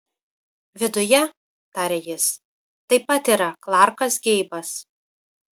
viduje tarė jis taip pat yra klarkas geibas